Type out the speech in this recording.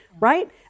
Right